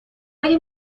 مگه